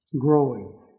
growing